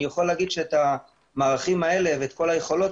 אני יכול להגיד שאת המערכים האלה ואת כל היכולות